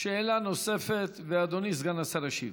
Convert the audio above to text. שאלה נוספת, ואדוני סגן השר ישיב.